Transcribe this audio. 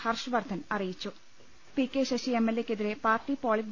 ഹർഷ്വർധൻ അറിയിച്ചു P K Sasi M L എയ്ക്കെതിരെ പാർട്ടി പൊളിറ്റ്